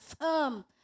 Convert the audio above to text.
firm